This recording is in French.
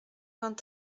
vingt